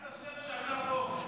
גנץ אשם שאתה פה.